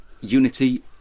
unity